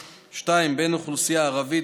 2. בן האוכלוסייה הערבית,